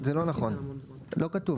זה לא נכון, לא כתוב.